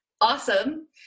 awesome